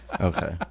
Okay